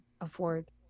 afford